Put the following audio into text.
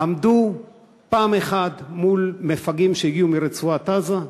עמדו פעם אחת מול מפגעים שהגיעו מרצועת-עזה,